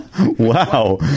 Wow